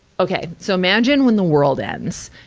okay, so imagine when the world ends.